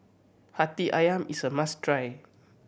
Hati Ayam is a must try